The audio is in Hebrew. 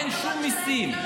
אין שום מיסים.